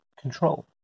control